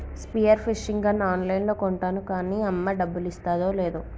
spear fishing gun ఆన్ లైన్లో కొంటాను కాన్నీ అమ్మ డబ్బులిస్తాదో లేదో